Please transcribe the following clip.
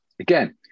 Again